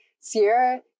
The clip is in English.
Sierra